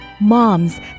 Moms